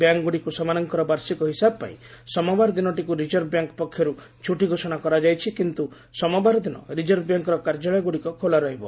ବ୍ୟାଙ୍କ୍ଗୁଡ଼ିକୁ ସେମାନଙ୍କର ବାର୍ଷିକ ହିସାବ ପାଇଁ ସୋମବାର ଦିନଟିକୁ ରିଜର୍ଭ ବ୍ୟାଙ୍କ୍ ପକ୍ଷରୁ ଛୁଟି ଘୋଷଣା କରାଯାଇଛି କିନ୍ତୁ ସୋମବାର ଦିନ ରିଜର୍ଭ ବ୍ୟାଙ୍କ୍ର କାର୍ଯ୍ୟାଳୟଗୁଡ଼ିକ ଖୋଲା ରହିବ